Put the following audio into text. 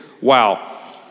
Wow